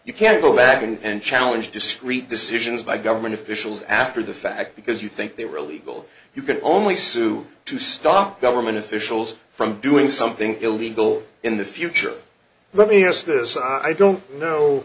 you can't go back and challenge discrete decisions by government officials after the fact because you think they were illegal you can only sue to stop government officials from doing something illegal in the future let me ask this i don't know